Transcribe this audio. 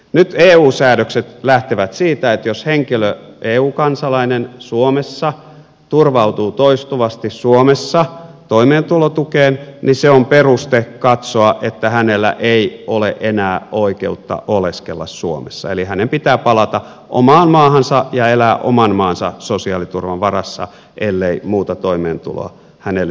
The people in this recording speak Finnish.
nyt eu säädökset lähtevät siitä että jos henkilö eu kansalainen suomessa turvautuu toistuvasti suomessa toimeentulotukeen niin se on peruste katsoa että hänellä ei ole enää oikeutta oleskella suomessa eli hänen pitää palata omaan maahansa ja elää oman maansa sosiaaliturvan varassa ellei muuta toimeentuloa hänelle sielläkään löydy